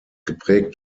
geprägt